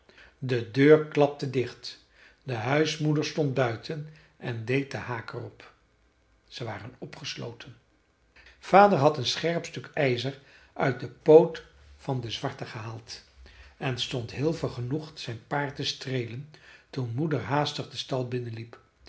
de deur klapte dicht de huismoeder stond buiten en deed den haak er op ze waren opgesloten vader had een scherp stuk ijzer uit den poot van den zwarte gehaald en stond heel vergenoegd zijn paard te streelen toen moeder haastig den stal binnenliep